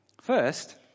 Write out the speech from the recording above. First